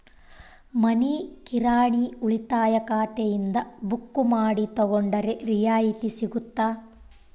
ಮನಿ ಕಿರಾಣಿ ಉಳಿತಾಯ ಖಾತೆಯಿಂದ ಬುಕ್ಕು ಮಾಡಿ ತಗೊಂಡರೆ ರಿಯಾಯಿತಿ ಸಿಗುತ್ತಾ?